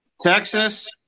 Texas